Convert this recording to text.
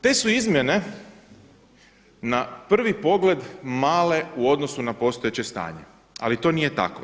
Te su izmjene na prvi pogled male u odnosu na postojeće stanje, ali to nije tako.